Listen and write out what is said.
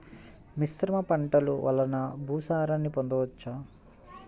మిశ్రమ పంటలు వలన భూసారాన్ని పొందవచ్చా?